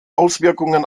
auswirkungen